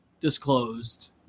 disclosed